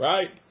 Right